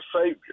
savior